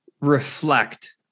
reflect